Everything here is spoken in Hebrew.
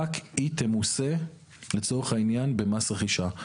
רק היא תמוצה, לצורך העניין, במס רכישה.